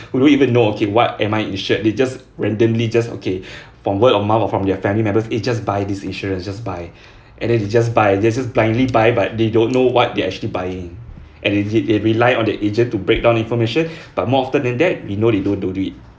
they don't even know okay what am I insured they just randomly just okay from word of mouth or from their family members eh just buy this insurance just buy and then they just buy and they just blindly buy but they don't know what they're actually buying and if they rely on their agent to break down information but more often than that you know they don't do it